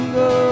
go